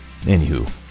Anywho